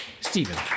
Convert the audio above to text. Stephen